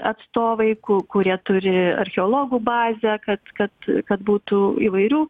atstovai ku kurie turi archeologų bazę kad kad kad būtų įvairių